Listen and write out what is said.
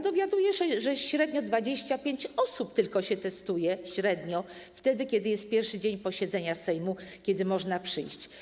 Dowiaduję się, że średnio tylko 25 osób się testuje - średnio - wtedy kiedy jest pierwszy dzień posiedzenia Sejmu, kiedy można przyjść.